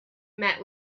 met